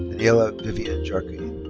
daniela vivian jarquin.